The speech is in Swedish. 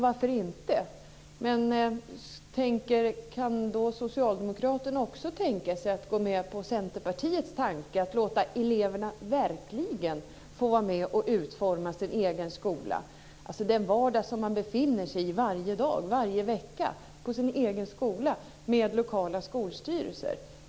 Varför inte? Men kan då socialdemokraterna tänka sig att gå med på Centerpartiets idé om att låta eleverna verkligen få vara med och utforma sin vardag på sin egen skola genom lokala skolstyrelser?